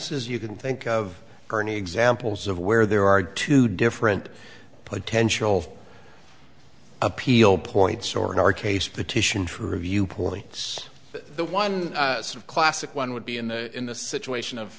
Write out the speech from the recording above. says you can think of earning examples of where there are two different potential appeal points or in our case petition true review poorly it's the one sort of classic one would be in the in the situation of